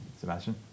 Sebastian